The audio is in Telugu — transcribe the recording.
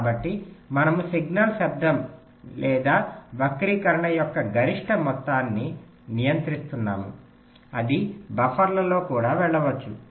కాబట్టి మనము సిగ్నల్ శబ్దం లేదా వక్రీకరణ యొక్క గరిష్ట మొత్తాన్ని నియంత్రిస్తున్నాము అది బఫర్లలో కూడా వెళ్ళవచ్చు